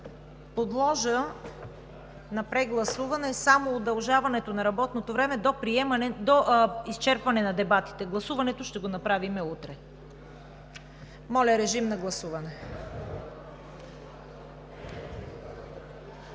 подложа на прегласуване само удължаването на работното време до изчерпване на дебатите. Гласуването ще го направим утре. Моля, режим на гласуване.